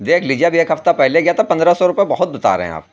دیکھ لیجیے ابھی ایک ہفتہ پہلے گیا تھا پندرہ سو روپیے بہت بتا رہے ہیں آپ